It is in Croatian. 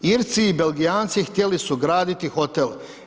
Irci i Belgijanci htjeli su graditi hotel.